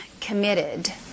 committed